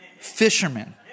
Fishermen